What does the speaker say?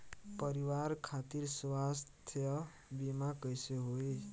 परिवार खातिर स्वास्थ्य बीमा कैसे होई?